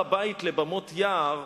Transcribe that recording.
שמי שניבא שהר-הבית לבמות יער,